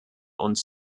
uns